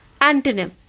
antonym